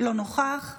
אינו נוכח,